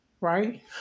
Right